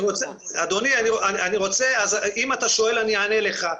אדוני, אם אתה שואל אני אענה לך.